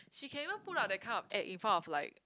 she can even put up that kind of act in front of like